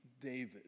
David